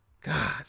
God